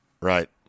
Right